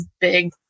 big